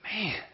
man